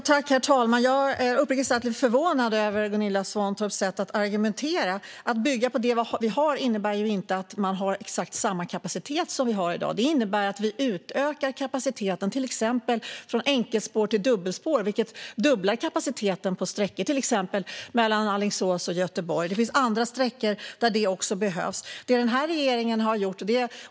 Herr talman! Jag är uppriktigt sagt lite förvånad över Gunilla Svantorps sätt att argumentera. Att bygga på det vi har innebär ju inte att vi ska ha exakt samma kapacitet som vi har i dag. Det innebär att vi utökar kapaciteten, till exempel från enkelspår till dubbelspår, vilket dubblar kapaciteten på sträckor, till exempel Alingsås-Göteborg. Detta behövs också på andra sträckor.